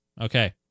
Okay